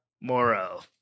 Moro